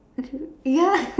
ya